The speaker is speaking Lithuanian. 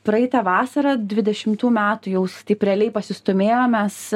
praeitą vasarą dvidešimtų metų jau taip realiai pasistūmėjom mes